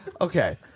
Okay